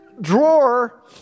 drawer